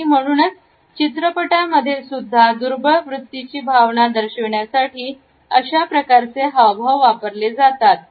आणि म्हणूनच चित्रपटांमधील सुद्धा दुर्बळ वृत्तीची भावना दाखविण्यासाठी अशा प्रकारचे हावभाव वापरले जातात